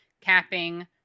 capping